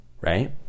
right